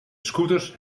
scooters